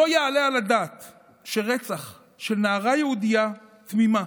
לא יעלה על הדעת שרצח של נערה יהודייה תמימה